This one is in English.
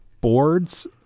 boards